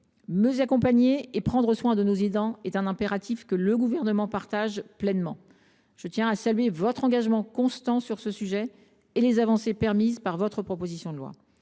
Mieux accompagner et prendre soin de nos aidants est un impératif auquel le Gouvernement souscrit pleinement. Je tiens à saluer votre engagement constant sur ce sujet et les avancées permises par votre proposition de loi.